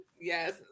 Yes